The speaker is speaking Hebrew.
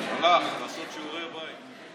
הלך לעשות שיעורי בית.